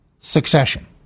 succession